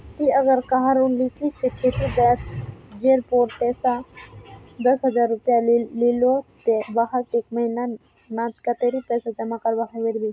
ती अगर कहारो लिकी से खेती ब्याज जेर पोर पैसा दस हजार रुपया लिलो ते वाहक एक महीना नात कतेरी पैसा जमा करवा होबे बे?